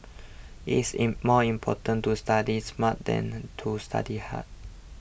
it is more important to study smart than to study hard